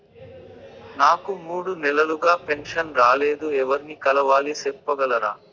నాకు మూడు నెలలుగా పెన్షన్ రాలేదు ఎవర్ని కలవాలి సెప్పగలరా?